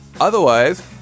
Otherwise